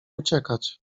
uciekać